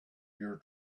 your